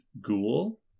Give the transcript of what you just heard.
ghoul